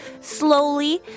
slowly